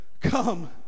come